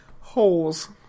Holes